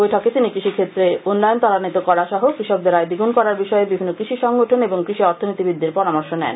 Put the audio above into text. বৈঠকে তিনি কৃষিক্ষেত্রে উন্নয়ন তরাগ্বিত করা সহ কৃষকদের আয় দ্বিগুণ করার বিষয়ে বিভিন্ন কৃষি সংগঠন এবং কৃষি অর্থনীতিবিদদের পরামর্শন নেন